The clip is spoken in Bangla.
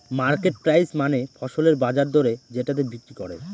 মার্কেট প্রাইস মানে ফসলের বাজার দরে যেটাতে বিক্রি করে